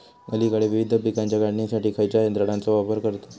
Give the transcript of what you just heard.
अलीकडे विविध पीकांच्या काढणीसाठी खयाच्या यंत्राचो वापर करतत?